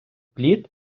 пліт